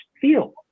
feel